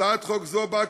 הצעת חוק זו באה,